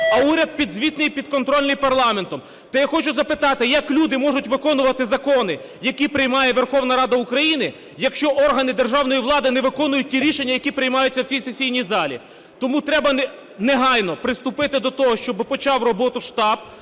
а уряд підзвітний і підконтрольний парламенту, то я хочу запитати: як люди можуть виконувати закони, які приймає Верховна Рада України, якщо органи державної влади не виконують ті рішення, які приймаються в цій сесійній залі. Тому треба негайно приступити до того, щоб почав роботу штаб,